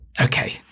okay